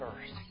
first